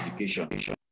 education